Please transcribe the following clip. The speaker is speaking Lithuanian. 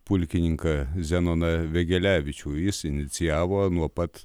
pulkininką zenoną vegelevičių jis inicijavo nuo pat